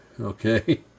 okay